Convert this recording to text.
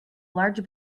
large